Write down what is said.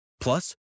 Plus